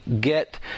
get